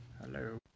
hello